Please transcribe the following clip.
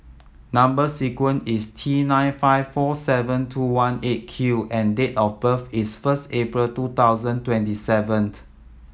number sequence is T nine five four seven two one Eight Q and date of birth is first April two thousand twenty seventh